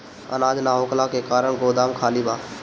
अनाज ना होखला के कारण गोदाम खाली बा